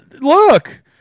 Look